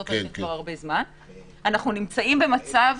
אנחנו נמצאים במצב